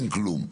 אין כלום,